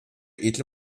edle